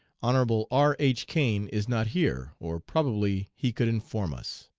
hon. r. h. cain is not here, or probably he could inform us.